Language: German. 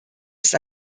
ist